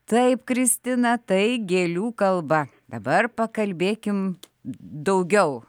taip kristina tai gėlių kalba dabar pakalbėkim daugiau